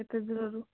ଏତେ ଦୂରରୁ